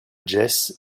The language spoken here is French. jess